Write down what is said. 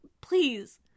Please